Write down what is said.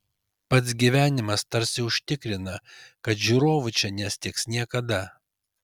pats gyvenimas tarsi užtikrina kad žiūrovų čia nestigs niekada